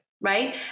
right